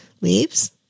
leaves